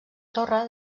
torre